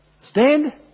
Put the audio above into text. Stand